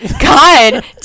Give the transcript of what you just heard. God